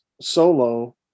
solo